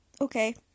Okay